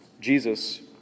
Jesus